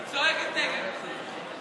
היא צועקת נגד, זה מבלבל.